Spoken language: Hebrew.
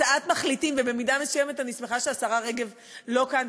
הצעת מחליטים ובמידה מסוימת אני שמחה שהשרה רגב לא כאן,